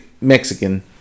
Mexican